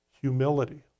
Humility